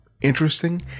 interesting